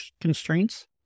constraints